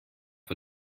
vor